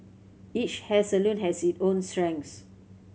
each hair salon has its own strengths